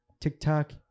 TikTok